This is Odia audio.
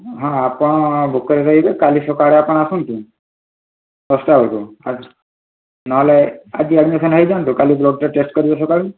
ହଁ ଆପଣ ଭୋକରେ ରହିବେ କାଲି ସକାଳେ ଆପଣ ଆସନ୍ତୁ ଦଶଟା ବେଳକୁ ନହେଲେ ଆଜି ଆଡ଼ମିସନ୍ ହୋଇଯାଆନ୍ତୁ କାଲି ବ୍ଲଡ଼୍ଟା ଟେଷ୍ଟ କରିବେ ସକାଳୁ